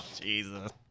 jesus